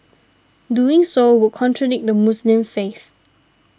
doing so would contradict the Muslim faith